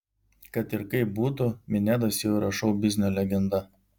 kad ir kaip būtų minedas jau yra šou biznio legenda